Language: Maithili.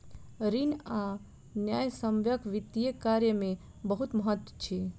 ऋण आ न्यायसम्यक वित्तीय कार्य में बहुत महत्त्व अछि